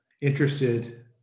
interested